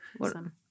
Awesome